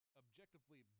objectively